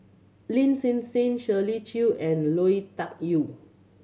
Lin Hsin Hsin Shirley Chew and Lui Tuck Yew